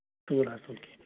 تُل حظ تُل کیٚنہہ چھُنہٕ